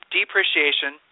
depreciation